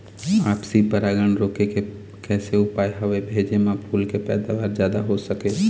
आपसी परागण रोके के कैसे उपाय हवे भेजे मा फूल के पैदावार जादा हों सके?